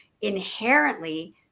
inherently